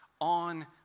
on